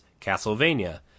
Castlevania